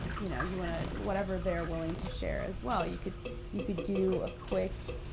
you know you wanna, whatever they're willing to share as well. you could you could do a quick,